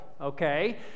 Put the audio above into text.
okay